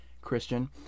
Christian